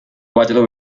cuatro